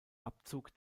abzug